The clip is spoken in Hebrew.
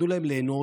תנו להם ליהנות,